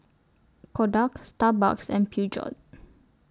Kodak Starbucks and Peugeot